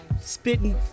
spitting